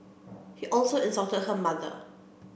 he also insulted her mother